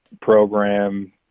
program –